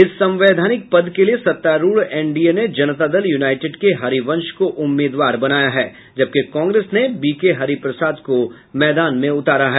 इस संवैधानिक पद के लिए सत्तारूढ़ एन डी ए ने जनता दल यूनाइटेड के हरिवंश को उम्मीदवार बनाया है जबकि कांग्रेस ने बी के हरिप्रसाद को मैदान में उतारा है